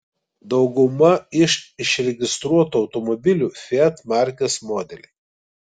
dauguma iš išregistruotų automobiliu fiat markės modeliai